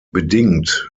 bedingt